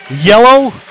yellow